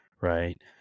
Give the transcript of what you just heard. right